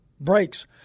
brakes